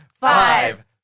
five